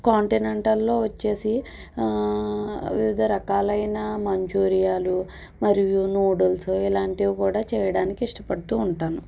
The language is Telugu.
కాంటినెంటల్లో వచ్చేసి వివిధ రకాలైన మంచూరియాలు మరియు నూడుల్స్ ఇలాంటివి కూడా చేయడానికి ఇష్టపడుతూ ఉంటాను